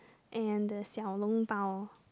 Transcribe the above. and the Xiao long bao